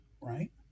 Right